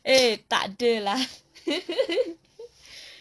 eh tak ada lah